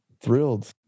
thrilled